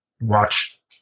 Watch